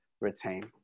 retain